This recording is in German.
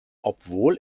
obwohl